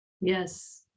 Yes